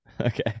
Okay